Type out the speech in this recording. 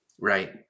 Right